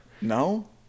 No